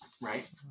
right